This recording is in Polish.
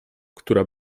która